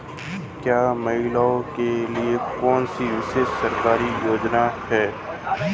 क्या महिलाओं के लिए कोई विशेष सरकारी योजना है?